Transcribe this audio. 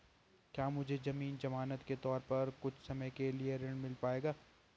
क्या मुझे ज़मीन ज़मानत के तौर पर कुछ समय के लिए ऋण मिल पाएगा?